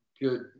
good